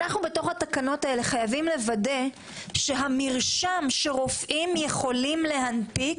אנחנו בתוך התקנות האלה חייבים לוודא שהמרשם שרופאים יכולים להנפיק